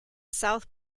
south